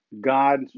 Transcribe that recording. God